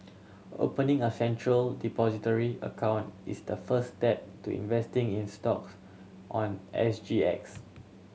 opening a Central Depository account is the first step to investing in stocks on S G X